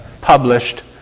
published